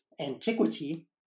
antiquity